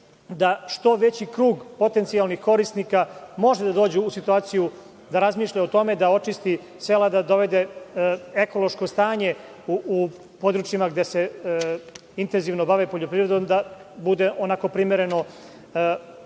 da što veći krug potencijalnih korisnika može da dođe u situaciju da razmišlja o tome da očisti sela da dovede ekološko stanje u područjima gde intenzivno bave poljoprivredom da bude onako primereno